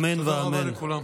תודה רבה לכולם.